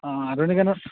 অঁ আধুনিক গানত